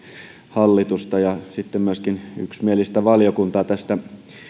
hallitusta ja myöskin yksimielistä valiokuntaa tästä